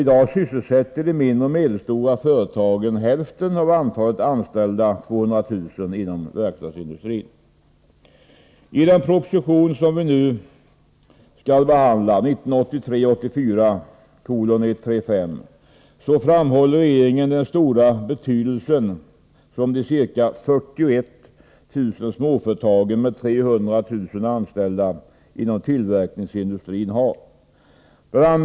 I dag sysselsätter de mindre och medelstora företagen hälften av antalet anställda, 200 000, inom verkstadsindustrin. I den proposition som vi nu behandlar, 1983/84:135, framhåller regeringen den stora betydelse som de ca 41 000 småföretagen med 300 000 anställda inom tillverkningsindustrin har. Bl.